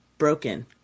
broken